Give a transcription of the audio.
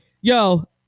Yo